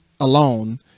alone